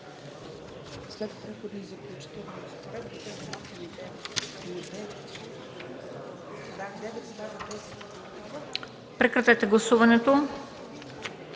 Прекратете гласуването.